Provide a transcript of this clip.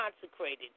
consecrated